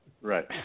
right